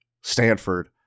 Stanford